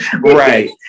Right